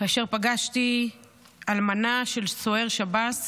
כאשר פגשתי אלמנה של סוהר שב"ס